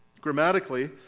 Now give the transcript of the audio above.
Grammatically